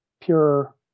pure